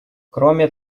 кроме